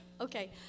Okay